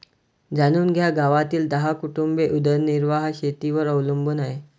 जाणून घ्या गावातील दहा कुटुंबे उदरनिर्वाह शेतीवर अवलंबून आहे